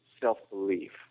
self-belief